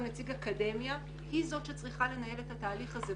ונציג האקדמיה היא זאת שצריכה לנהל תהליך זה.